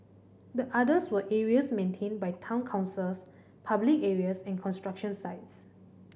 the others were areas maintained by town councils public areas and construction sites